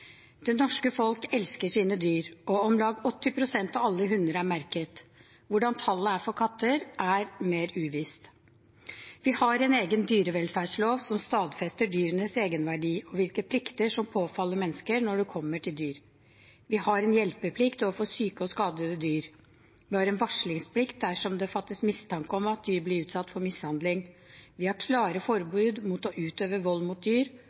Det norske folk elsker sine dyr, og om lag 80 pst. av alle hunder er merket. Hvordan tallet er for katter, er mer uvisst. Vi har en egen dyrevelferdslov som stadfester dyrenes egenverdi og hvilke plikter som faller på mennesker når det kommer til dyr. Vi har en hjelpeplikt overfor syke og skadede dyr. Vi har en varslingsplikt dersom det fattes mistanke om at dyr blir utsatt for mishandling. Vi har klare forbud mot å utøve vold mot dyr,